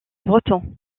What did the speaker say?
breton